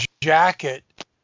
jacket